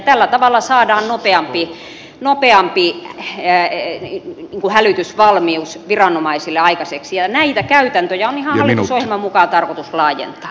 tällä tavalla saadaan nopeampi hälytysvalmius viranomaisille aikaiseksi ja näitä käytäntöjä on ihan hallitusohjelman mukaan tarkoitus laajentaa